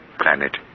planet